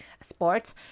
sports